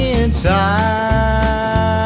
inside